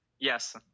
Yes